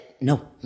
no